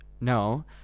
No